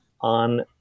on